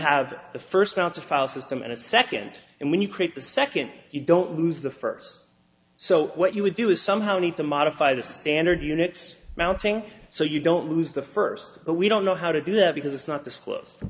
have the first bounce of file system in a second and when you create the second you don't lose the first so what you would do is somehow need to modify the standard unix mounting so you don't lose the first but we don't know how to do that because it's not disclosed